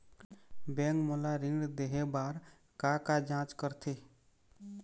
Bank मोला ऋण देहे बार का का जांच करथे?